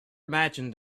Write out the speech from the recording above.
imagined